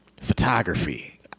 Photography